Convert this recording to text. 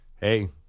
Hey